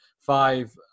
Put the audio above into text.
five